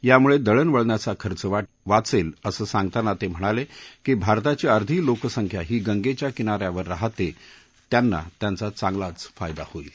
यामुळे दळणवळणाचा खर्च वाचेल असं सांगतांना ते म्हणाले की भारताची अर्धी लोकसंख्या ही गंगेच्या किनाऱ्यावर राहते त्यांना त्यांचा चांगलाच फायदा होईल